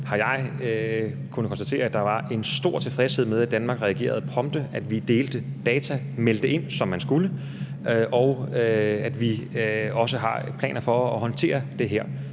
har jeg kunnet konstatere, at der var en stor tilfredshed med, at Danmark reagerede prompte, at vi delte data, meldte det ind, som man skulle, og at vi også har planer for at håndtere det her.